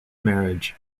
marriage